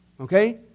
Okay